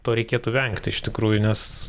to reikėtų vengti iš tikrųjų nes